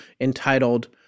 entitled